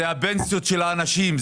זה הפנסיות של האנשים,